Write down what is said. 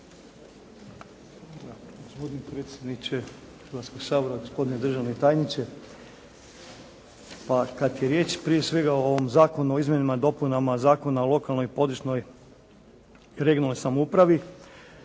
Gospodine predsjedniče Hrvatskog sabora, gospodine državni tajniče pa kad je riječ prije svega o ovom Zakonu o izmjenama i dopunama Zakona o lokalnoj i područnoj i regionalnoj samoupravi